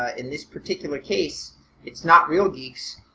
ah in this particular case it's not real geeks,